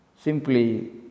Simply